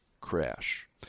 crash